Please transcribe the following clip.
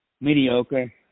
Mediocre